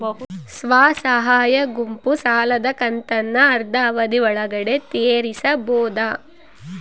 ಸ್ವಸಹಾಯ ಗುಂಪು ಸಾಲದ ಕಂತನ್ನ ಆದ್ರ ಅವಧಿ ಒಳ್ಗಡೆ ತೇರಿಸಬೋದ?